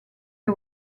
que